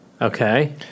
Okay